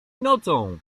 nocą